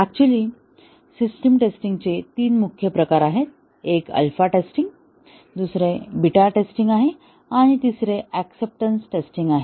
actually system testing चे तीन मुख्य प्रकार आहेत एक अल्फा टेस्टिंग आहे दुसरा बीटा टेस्टिंग आहे आणि तिसरा ऍक्सेप्टन्स टेस्टिंग आहे